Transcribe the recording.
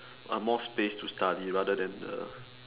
uh more space to study rather than the